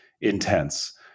intense